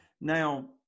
Now